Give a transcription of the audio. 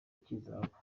cy’izabuku